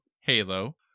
Halo